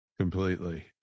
completely